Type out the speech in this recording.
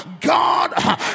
God